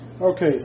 Okay